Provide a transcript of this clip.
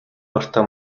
гартаа